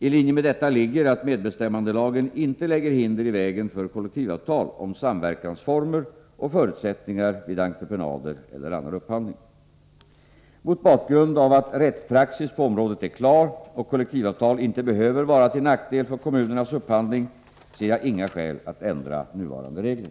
I linje med detta ligger att medbestämmandelagen inte lägger hinder i vägen för kollektivavtal om samverkansformer och förutsättningar vid entreprenader eller annan upphandling. Mot bakgrund av att rättspraxis på området är klar och att kollektivavtal inte behöver vara till nackdel för kommunernas upphandling ser jag inga skäl att ändra nuvarande regler.